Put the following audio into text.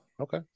Okay